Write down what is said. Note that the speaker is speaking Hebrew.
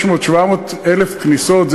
600,000 ו-700,000 כניסות,